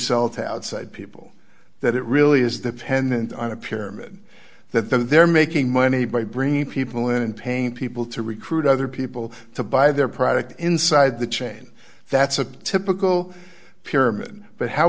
to outside people that it really is the pendant on a pyramid that they're making money by bringing people in and paying people to recruit other people to buy their product inside the chain that's a typical pyramid but how